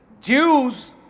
Jews